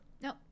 No